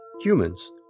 Humans